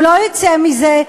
הוא לא יצא מזה,